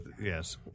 Yes